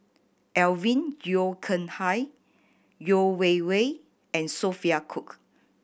Alvin Yeo Khirn Hai Yeo Wei Wei and Sophia Cooke